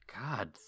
God